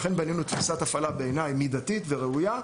לכן בנינו תפיסת הפעלה שבעיניי היא מידתית וראויה.